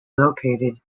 located